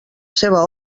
seva